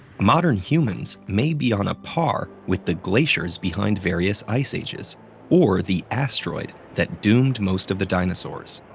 modern humans may be on ah par with the glaciers behind various ice ages or the asteroid that doomed most of the dinosaurs.